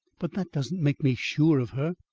but that doesn't make me sure of her.